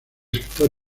sector